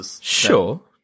Sure